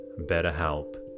BetterHelp